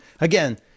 again